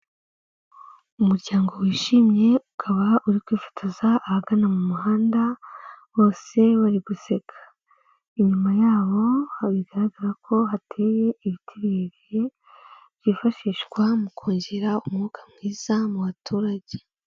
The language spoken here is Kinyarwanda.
Umuryango wishimye, ukaba uri kwifotoza ahagana mu muhanda, bose bari guseka. Inyuma yabo bigaragara ko hateye ibiti birebire, byifashishwa mu kongera umwuka mwiza mu baturage.